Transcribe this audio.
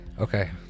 Okay